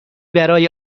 برای